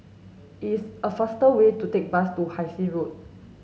is a faster way to take bus to Hai Sing Road